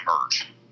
emerge